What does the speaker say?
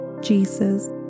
Jesus